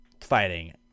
fighting